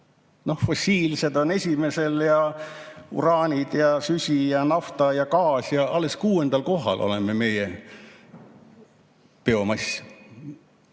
Noh, fossiilsed on esimesel ja uraanid ja süsi ja nafta ja gaas. Alles kuuendal kohal oleme meie, biomass.